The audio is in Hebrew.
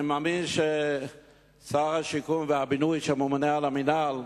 אני מאמין ששר השיכון והבינוי, שממונה על המינהל,